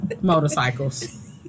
motorcycles